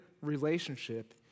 relationship